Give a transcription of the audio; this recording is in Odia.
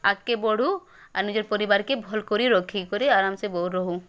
ଆଗ୍କେ ବଢ଼ୁ ଆଉ ନିଜର୍ ପରିବାର୍କେ ଭଲ୍ କରି ରଖିକରି ଆରମ୍ସେ ରହୁ